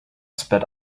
sped